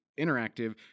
Interactive